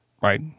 right